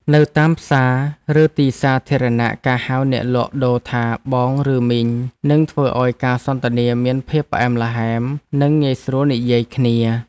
នៅតាមផ្សារឬទីសាធារណៈការហៅអ្នកលក់ដូរថាបងឬមីងនឹងធ្វើឱ្យការសន្ទនាមានភាពផ្អែមល្ហែមនិងងាយស្រួលនិយាយគ្នា។